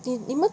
eh 你们